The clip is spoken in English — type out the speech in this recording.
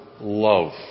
love